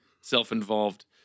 self-involved